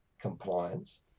compliance